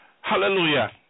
Hallelujah